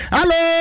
Hello